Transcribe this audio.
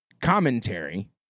commentary